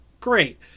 great